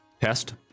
test